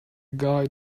guy